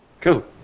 Cool